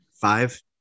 Five